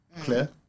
clear